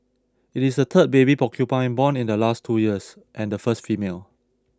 it is the third baby porcupine born in the last two years and the first female